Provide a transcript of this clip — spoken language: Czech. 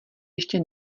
ještě